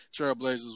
trailblazers